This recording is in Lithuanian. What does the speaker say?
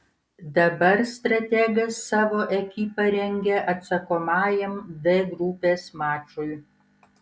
dabar strategas savo ekipą rengia atsakomajam d grupės mačui